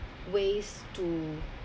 ways to